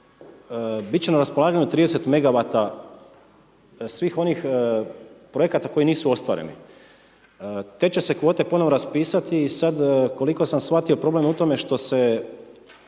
bit će na raspolaganju 30 megawata svih onih projekata koji nisu ostvareni. Te će se kvote ponovo raspisati i sad koliko sam shvatio problem je u tome što se,